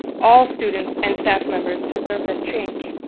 all students and staff members deserve this change.